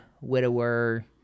widower